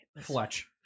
Fletch